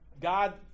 God